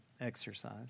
exercise